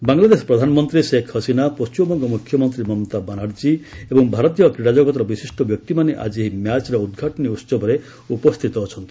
ବାଂଲାଦେଶ ପ୍ରଧାନମନ୍ତ୍ରୀ ଶେଖ୍ ହାସିନା ପଣ୍ଟିମବଙ୍ଗ ମୁଖ୍ୟମନ୍ତ୍ରୀ ମମତା ବାନାର୍ଜୀ ଏବଂ ଭାରତୀୟ କ୍ରୀଡ଼ାଜଗତର ବିଶିଷ୍ଟ ବ୍ୟକ୍ତିମାନେ ଆକି ଏହି ମ୍ୟାଚ୍ର ଉଦ୍ଘାଟନ ଉହବରେ ଉପସ୍ଥିତ ଅଛନ୍ତି